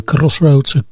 Crossroads